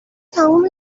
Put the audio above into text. تموم